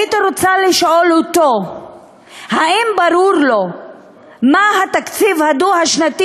הייתי רוצה לשאול אותו אם ברור לו מה התקציב הדו-השנתי